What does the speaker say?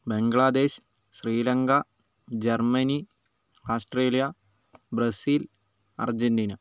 Bangladesh Sri Lanka Germany Australia Brazil Argentina